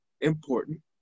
important